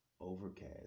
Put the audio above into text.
Overcast